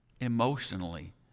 emotionally